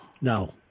no